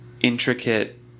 intricate